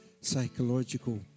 psychological